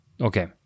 Okay